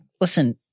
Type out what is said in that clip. listen